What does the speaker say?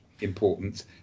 importance